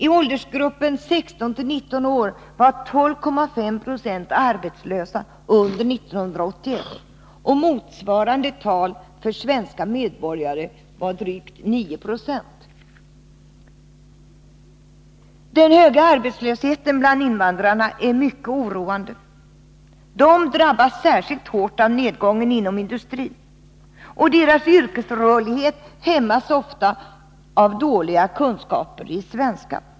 I åldersgruppen 16-19 år var 12,5 90 arbetslösa under 1981. Motsvarande tal för svenska medborgare var drygt 9 90. Den höga arbetslösheten bland invandrarna är mycket oroande. De drabbas särskilt hårt av nedgången inom industrin. Deras yrkesrörlighet hämmas ofta av dåliga kunskaper i svenska.